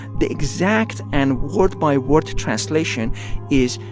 the exact and word-by-word translation is,